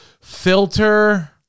Filter